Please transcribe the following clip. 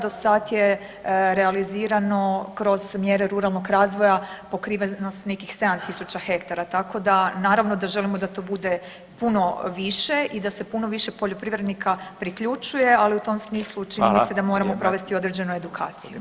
Do sada je realizirano kroz mjere ruralnog razvoja pokrivenost nekih 7.000 hektara, tako da naravno da želimo da to bude puno više i da se puno više poljoprivrednika priključuje, ali u tom smislu čini mi se da moramo provesti [[Upadica: Hvala lijepa.]] određenu edukaciju.